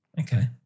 Okay